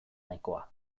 nahikoa